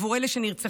עבור אלה שנרצחו,